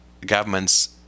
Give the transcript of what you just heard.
governments